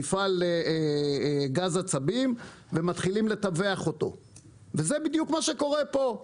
מפעל לגז עצבים ומתחילים לטווח אותו וזה בדיוק מה שקורא פה,